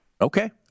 Okay